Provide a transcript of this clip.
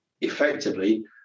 effectively